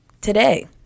today